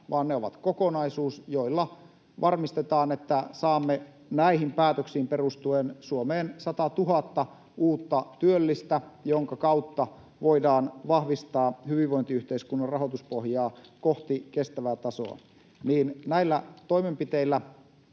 mutta ei tuoteta tätä — varmistetaan, että saamme näihin päätöksiin perustuen Suomeen satatuhatta uutta työllistä, joiden kautta voidaan vahvistaa hyvinvointiyhteiskunnan rahoituspohjaa kohti kestävää tasoa. Näillä toimenpiteillä